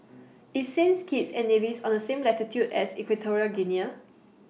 IS Saints Kitts and Nevis on The same latitude as Equatorial Guinea